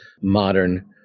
modern